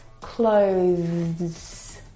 Clothes